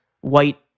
white